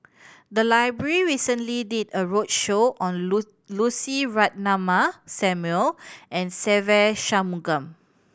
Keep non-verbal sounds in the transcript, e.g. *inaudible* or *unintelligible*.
the library recently did a roadshow on *unintelligible* Lucy Ratnammah Samuel and Se Ve Shanmugam